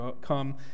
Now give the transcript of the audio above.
come